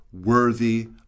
worthy